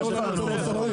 לאיזה מוסך שהוא רוצה.